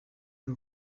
y’u